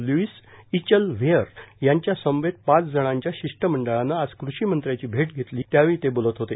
Louise ईचलव्हेअर यांच्या समवेत पाच जणांच्या शिष्टमंडळाने आज कृषिमंत्र्यांची भेट घेतली त्यावेळी ते बोलत होते